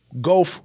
go